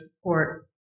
support